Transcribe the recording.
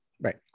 Right